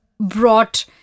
brought